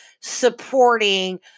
supporting